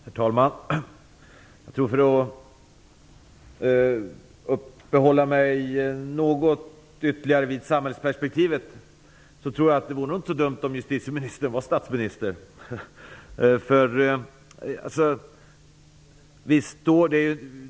Herr talman! Jag tror, för att uppehålla mig något ytterligare vid samhällsperspektivet, att det nog inte skulle vara så dumt om justitieministern vore statsminister.